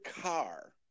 car